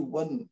one